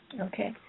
Okay